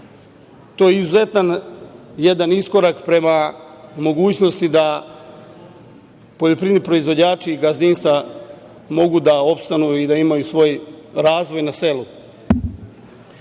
To je izuzetan jedan iskorak prema mogućnosti da poljoprivredni proizvođači i gazdinstva mogu da opstanu i da imaju svoj razvoj na selu. Ostao